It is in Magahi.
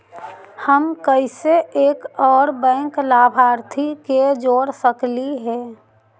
हम कैसे एक और बैंक लाभार्थी के जोड़ सकली हे?